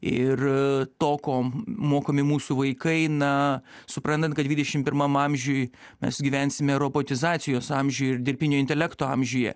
ir to ko mokomi mūsų vaikai na suprantant kad dvidešim pirmam amžiuj mes gyvensime robotizacijos amžiuj ir dirbtinio intelekto amžiuje